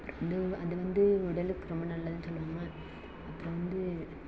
அப்புறம் வந்து அது வந்து உடலுக்கு ரொம்ப நல்லதுன்னு சொல்லுவாங்க அப்புறம் வந்து